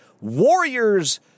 Warriors